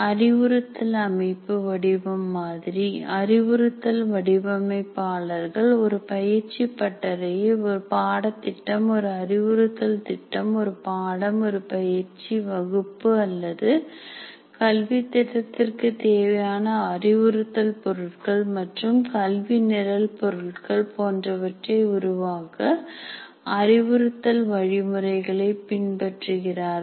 அறிவுறுத்தல் அமைப்பு வடிவம் மாதிரி அறிவுறுத்தல் வடிவமைப்பாளர்கள் ஒரு பயிற்சி பட்டறையை ஒரு பாடத்திட்டம் ஒரு அறிவுறுத்தல் திட்டம் ஒரு பாடம் ஒரு பயிற்சி வகுப்பு அல்லது கல்வித் திட்டத்திற்கு தேவையான அறிவுறுத்தல் பொருட்கள் மற்றும் கல்வி நிரல் பொருட்கள் போன்றவற்றை உருவாக்க அறிவுறுத்தல் வழிமுறைகளை பின்பற்றுகிறார்கள்